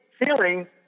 feeling